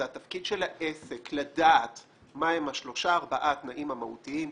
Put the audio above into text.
זה התפקיד של העסק לדעת מה הם שלושה-ארבעה התנאים המהותיים.